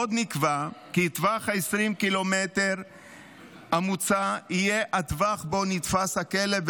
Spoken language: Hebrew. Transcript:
עוד נקבע כי טווח 20 הקילומטרים המוצע יהיה הטווח שבו נתפס הכלב,